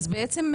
אז בעצם,